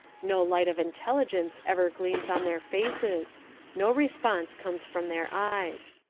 no light of intelligence ever gleams on their faces no response comes from their eyes.